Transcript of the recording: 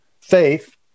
Faith